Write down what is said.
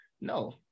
no